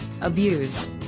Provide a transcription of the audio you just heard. abuse